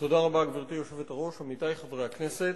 גברתי היושבת-ראש, תודה רבה, עמיתי חברי הכנסת,